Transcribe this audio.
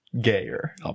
Gayer